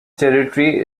territory